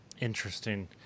Interesting